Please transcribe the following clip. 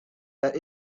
that